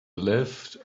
lived